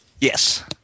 Yes